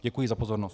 Děkuji za pozornost.